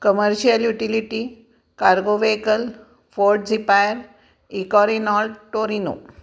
commercial utility cargo vehicle Ford Zephyr Econoline Torino